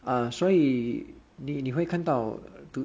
uh 所以你你会看到